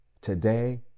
Today